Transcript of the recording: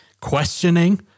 questioning